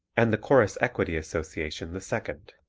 and the chorus equity association the second.